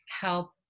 help